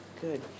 Good